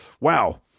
Wow